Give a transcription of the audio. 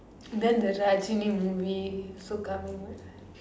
then the Rajini movie also coming what